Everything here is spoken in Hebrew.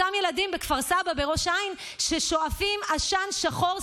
אותם ילדים בכפר סבא ובראש העין שואפים עשן שחור,